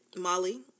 Molly